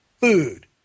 food